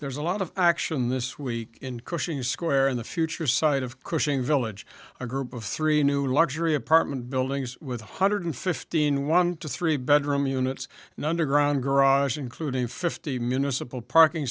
there's a lot of action this week in cushing square in the future site of cushing village a group of three new luxury apartment buildings with one hundred fifteen one to three bedroom units and underground garage including fifty municipal parking